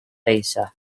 taser